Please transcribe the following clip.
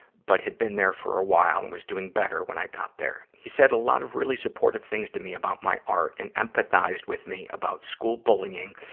but had been there for a while and was doing better while i got there. he said a lot of really supportive things to me about my art, and empathized with me about school bullying,